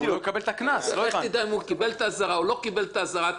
אני מניח שאתה לא מאמין במה שאמרת עכשיו.